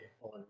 on